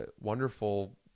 wonderful